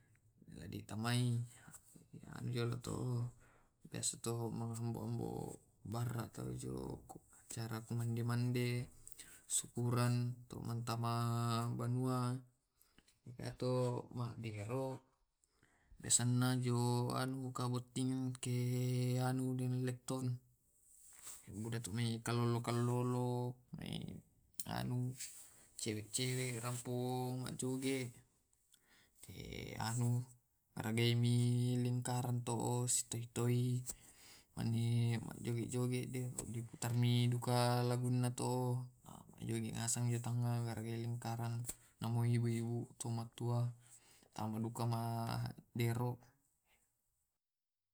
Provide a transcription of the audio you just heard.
Di tambaimitau untuk kandeang, tamaimi tau mabaca baca kelilini banua, ma pubene baca baca surong paui anne di patamai mi tau mabaca bacammi duka asseleangi muto dikalilingi dibaca bacai iyate wadde to majoge biasa njo duka to kabuttinganto biasa acara acara pesto koaro mande tau acara acara lomba, kumpul kumpul andero si simpungasengi to sipacaritami ngasangmi to